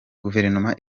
guverinoma